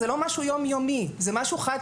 זה לא משהו יום יומי אלא זה משהו חד